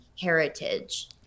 heritage